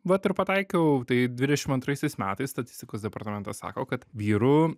vat ir pataikiau tai dvidešim antraisiais metais statistikos departamentas sako kad vyrų